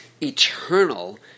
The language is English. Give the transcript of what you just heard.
eternal